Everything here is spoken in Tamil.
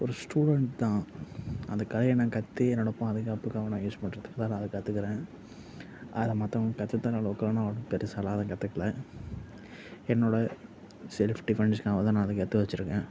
ஒரு ஸ்டூடண்ட் தான் அந்த கலையை நான் கற்று என்னோட பாதுகாப்புக்காக நான் யூஸ் பண்ணுறதுக்கு தான் நான் அதை கத்துக்கிறேன் அதை மற்றவங்களுக்கு கற்று தர அளவுக்குலாம் நான் ஒன்னும் பெருசாலாம் எதுவும் கற்றுக்கல என்னோட செல்ஃப் டிஃபென்ஸ்காக தான் நான் அதை கற்று வச்சிருக்கேன்